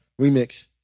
remix